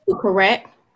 Correct